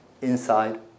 inside